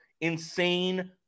insane